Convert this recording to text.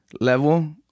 level